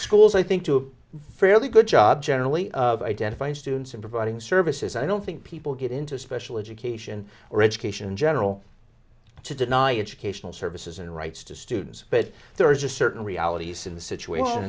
schools i think to a fairly good job generally of identifying students in providing services i don't think people get into special education or education in general to deny educational services and rights to students but there is a certain realities in the situation